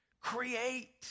Create